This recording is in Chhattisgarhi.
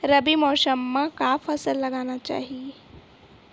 रबी मौसम म का फसल लगाना चहिए?